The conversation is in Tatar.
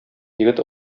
егет